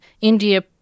India